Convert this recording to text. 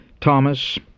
Thomas